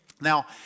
Now